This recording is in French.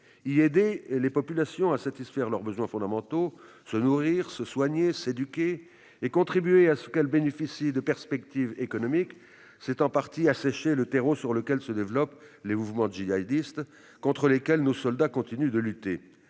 Y aider les populations à satisfaire leurs besoins fondamentaux- se nourrir, se soigner, s'éduquer -et contribuer à ce qu'elles bénéficient de perspectives économiques, c'est en partie assécher le terreau sur lequel se développent les mouvements djihadistes, contre lesquels nos soldats continuent de lutter.